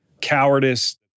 cowardice